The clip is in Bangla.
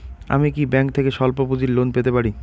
আমি কি ব্যাংক থেকে স্বল্প পুঁজির লোন পেতে পারি?